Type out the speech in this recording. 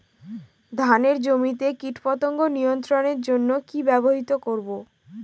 ধানের জমিতে কীটপতঙ্গ নিয়ন্ত্রণের জন্য কি ব্যবহৃত করব?